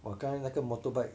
!wah! 刚才那个 motorbike